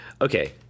okay